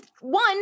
one